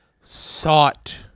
sought